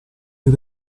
del